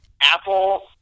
apple